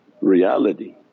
reality